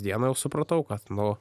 dieną supratau kad nu